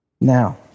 Now